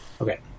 Okay